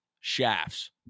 shafts